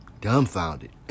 dumbfounded